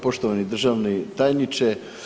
Poštovani državni tajniče.